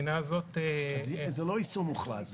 זה לא איסור מוחלט.